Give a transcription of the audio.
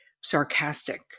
sarcastic